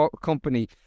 company